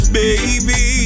baby